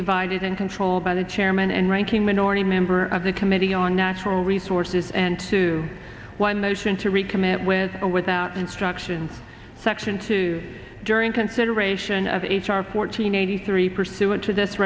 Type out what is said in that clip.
divided and controlled by the chairman and ranking minority member of the committee on natural resources and to one motion to recommit with or without instructions section two during consideration of h r fourteen eighty three pursuant to this